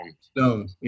Stone